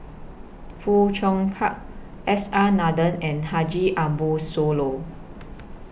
Fong Chong Park S R Nathan and Haji Ambo Sooloh